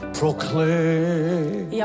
proclaim